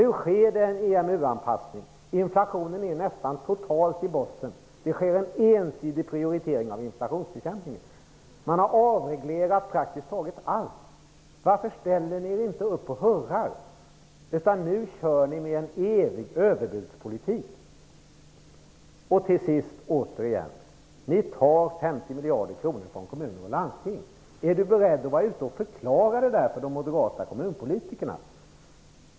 Nu sker det en EMU anpassning. Inflationen är nästan totalt i botten. Det sker en ensidig prioritering av inflationsbekämpningen. Man har avreglerat praktiskt taget allt. Varför ställer ni er inte upp och hurrar? Nu kör ni med en evig överbudspolitik. Till sist vill jag återigen ta upp detta att ni tar 50 Lundgren beredd att gå ut och förklara det för de moderata kommunpolitikerna?